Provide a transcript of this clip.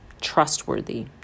trustworthy